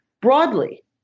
broadly